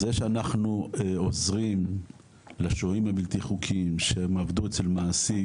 זה שאנחנו עוזרים לשוהים הבלתי חוקים שהם עבדו אצל מעסיק